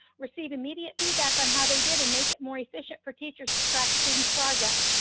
receive immediate feedback on how they did and make it more efficient for teachers to track student's progress.